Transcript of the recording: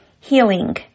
healing